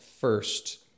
first